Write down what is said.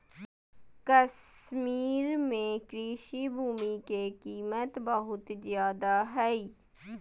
कश्मीर में कृषि भूमि के कीमत बहुत ज्यादा हइ